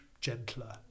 gentler